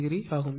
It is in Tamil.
44o ஆகும்